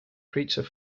creature